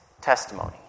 testimony